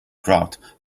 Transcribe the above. grout